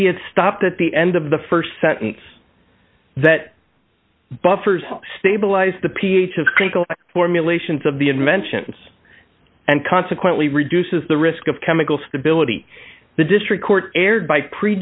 he had stopped at the end of the st sentence that buffers stabilize the ph of crinkle formulations of the inventions and consequently reduces the risk of chemical stability the district court erred by pre